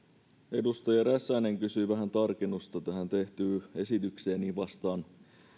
edustaja räsänen kysyi vähän tarkennusta tähän tehtyyn esitykseen vastaan siihen